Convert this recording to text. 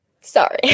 Sorry